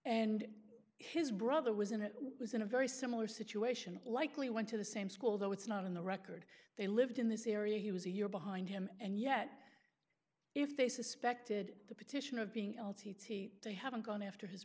and his brother was in it was in a very similar situation likely went to the same school though it's not in the record they lived in this area he was a year behind him and yet if they suspected the petition of being l t c they haven't gone after his